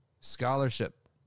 scholarship